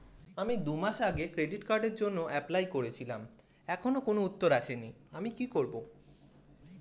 আমি দুমাস আগে ক্রেডিট কার্ডের জন্যে এপ্লাই করেছিলাম এখনো কোনো উত্তর আসেনি আমি কি করব?